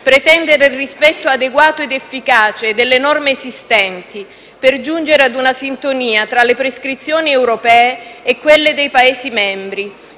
pretendere il rispetto adeguato ed efficace delle norme esistenti per giungere a una sintonia tra le prescrizioni europee e quelle dei Paesi membri,